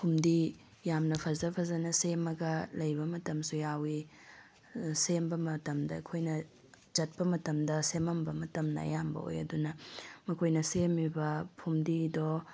ꯐꯨꯝꯗꯤ ꯌꯥꯝꯅ ꯐꯖ ꯐꯖꯅ ꯁꯦꯝꯃꯒ ꯂꯩꯕ ꯃꯇꯝꯁꯨ ꯌꯥꯎꯏ ꯑꯗꯨ ꯁꯦꯝꯕ ꯃꯇꯝꯗ ꯑꯩꯈꯣꯏꯅ ꯆꯠꯄ ꯃꯇꯝꯗ ꯁꯦꯝꯃꯝꯕ ꯃꯇꯝꯗ ꯑꯌꯥꯝꯕ ꯑꯣꯏ ꯑꯗꯨꯅ ꯃꯈꯣꯏꯅ ꯁꯦꯝꯃꯤꯕ ꯐꯨꯝꯗꯤꯗꯣ